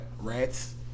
Rats